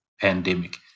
pandemic